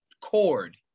cord